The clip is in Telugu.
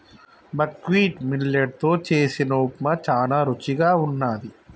బక్వీట్ మిల్లెట్ తో చేసిన ఉప్మా చానా రుచిగా వున్నది